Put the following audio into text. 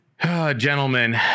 Gentlemen